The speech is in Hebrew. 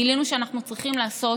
גילינו שאנחנו צריכים לעשות,